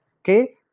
okay